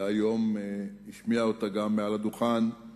והיום השמיע אותה מעל הדוכן גם